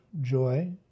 joy